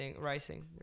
rising